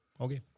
Okay